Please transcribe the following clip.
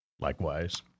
Likewise